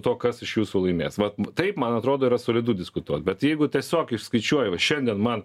to kas iš jūsų laimės vat taip man atrodo yra solidu diskutuot bet jeigu tiesiog išskaičiuoja va šiandien man